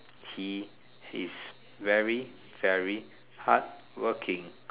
he he's very very hardworking